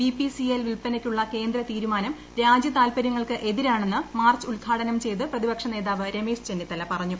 B P C L വിൽപ്പനയ്ക്കുള്ള കേന്ദ്ര തീരുമാനം രാജ്യതാൽപര്യങ്ങൾക്ക് എതിരാണെന്ന് മാർച്ച് ഉദ്ഘാടനം ചെയ്ത് പ്രതിപക്ഷ നേതാവ് രമേശ് ചെന്നിത്തല പറഞ്ഞു